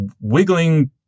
wiggling